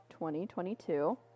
2022